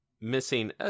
missing